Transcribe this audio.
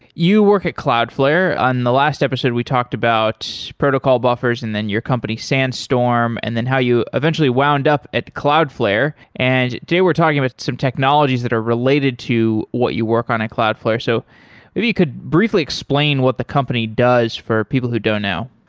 you work at cloudflare. on the last episode we talked about protocol buffers and then your company sandstorm and then how you eventually wound up at cloudflare, and today we're talking with some technologies that are related to what you work on at cloudflare. so maybe you could briefly explain what the company does for people who do now.